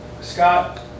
Scott